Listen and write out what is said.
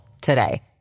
today